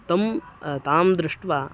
तं तां दृष्ट्वा